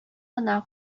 гына